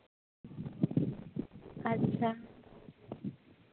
ᱟᱪᱪᱷᱟ